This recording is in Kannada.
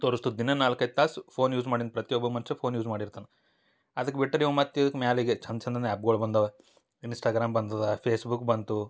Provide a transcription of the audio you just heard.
ತೋರುಸ್ತದೆ ದಿನಾ ನಾಲ್ಕೈದು ತಾಸು ಫೋನ್ ಯೂಸ್ ಮಾಡೀನಿ ಪ್ರತಿಯೊಬ್ಬ ಮನುಷ್ಯ ಫೋನ್ ಯೂಸ್ ಮಾಡಿರ್ತಾನ ಅದಕ್ಕೆ ಬಿಟ್ರ ನೀವು ಮತ್ತೆ ಇದಕ್ಕೆ ಮ್ಯಾಲಿಗೆ ಚಂದ ಚಂದನೇ ಆ್ಯಪ್ಗಳು ಬಂದಾವ ಇನ್ಸ್ಟಾಗ್ರಾಮ್ ಬಂದದ ಫೇಸ್ಬುಕ್ ಬಂತು